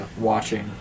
watching